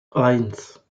eins